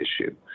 issue